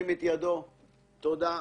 הצבעה בעד,